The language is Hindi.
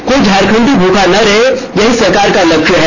कोई झारखंडी भूखा ना रहे यही सरकार का लक्ष्य है